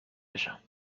بشم